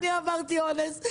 אני עברתי אונס.